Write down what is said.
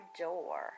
door